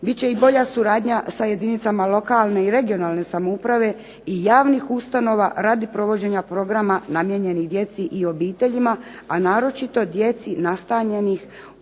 Bit će i bolja suradnja sa jedinicama lokalne i regionalne samouprave i javnih ustanova radi provođenja programa namijenjenih djeci i obiteljima, a naročito djeci nastanjenoj u